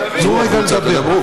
צאו החוצה ותדברו.